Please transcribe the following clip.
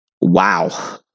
wow